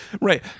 right